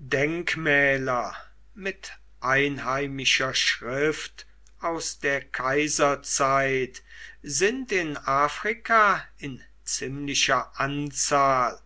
denkmäler mit einheimischer schrift aus der kaiserzeit sind in afrika in ziemlicher anzahl